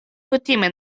kutime